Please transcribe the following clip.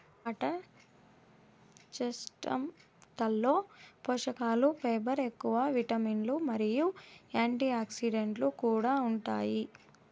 water చెస్ట్నట్లలో పోషకలు fibre ఎక్కువ, విటమిన్లు మరియు యాంటీఆక్సిడెంట్లు కూడా ఉంటాయి